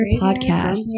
Podcast